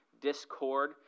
discord